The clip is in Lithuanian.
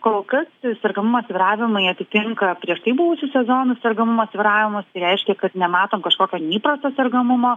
kol kas sergamumo svyravimai atitinka prieš tai buvusių sezonų sergamumo svyravimus tai reiškia kad nematom kažkokio neįprasto sergamumo